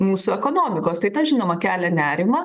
mūsų ekonomikos tai tas žinoma kelia nerimą